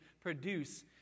produce